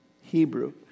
Hebrew